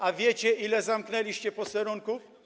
A wiecie, ile zamknęliście posterunków?